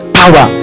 power